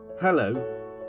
Hello